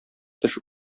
теш